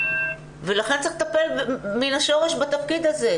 לכן צריך לטפל מן השורש בתפקיד הזה,